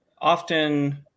often